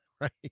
Right